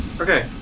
Okay